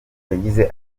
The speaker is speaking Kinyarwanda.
yagize